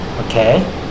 okay